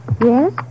Yes